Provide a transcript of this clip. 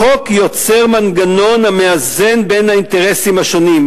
החוק יוצר מנגנון המאזן בין האינטרסים השונים.